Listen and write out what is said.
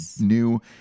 new